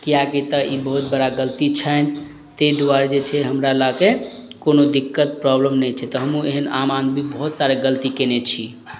किएक कि तऽ ई बहुत बड़ा गलती छनि तै दुआरे जे छै हमरा लअ के कोनो दिक्कत प्रॉब्लम नहि छै तऽ हमहूँ एहन आम आदमी बहुत सारा गलती कयने छी